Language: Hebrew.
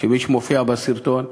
למי שמופיע בסרטון,